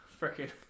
freaking